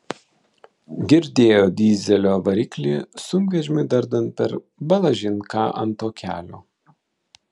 girdėjo dyzelio variklį sunkvežimiui dardant per balažin ką ant to kelio